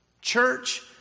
church